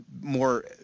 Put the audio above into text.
more